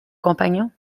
compagnon